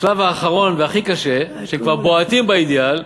השלב האחרון והכי קשה, כשכבר בועטים באידיאל,